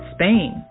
Spain